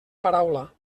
paraula